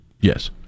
Yes